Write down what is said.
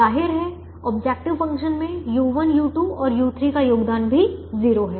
जाहिर है objective function में u1 u2 और u3 का योगदान भी 0 है